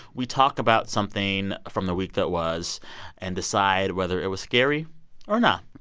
we talk about something from the week that was and decide whether it was scary or nah.